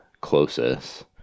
closest